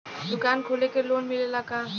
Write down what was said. दुकान खोले के लोन मिलेला का?